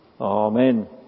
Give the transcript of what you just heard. Amen